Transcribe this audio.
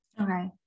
Okay